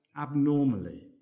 abnormally